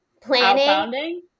Planning